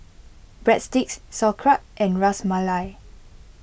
Breadsticks Sauerkraut and Ras Malai